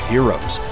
Heroes